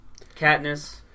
Katniss